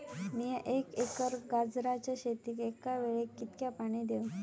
मीया एक एकर गाजराच्या शेतीक एका वेळेक कितक्या पाणी देव?